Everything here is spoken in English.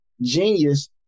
genius